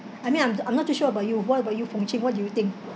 I mean I'm I'm not too sure about you what about you pung ching what do you think